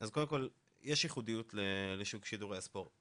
אז קודם כל, יש ייחודיות לשוק שידור הספורט